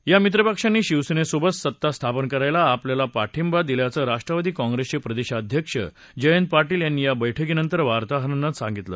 या मित्रपक्षांनी शिवसेनेसोबत सत्ता स्थापन करायला आपल्याला पाठिंबा दिल्याचं राष्ट्रवादी काँप्रेसचे प्रदेशाध्यक्ष जयंत पाटील यांनी या बव्हिकीनंतर वार्ताहरांना सांगितलं